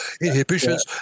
inhibitions